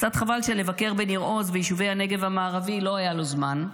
קצת חבל שלבקר בניר עוז וביישובי הנגב המערבי לא היה לו זמן.